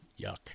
Yuck